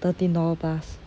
thirteen dollar plus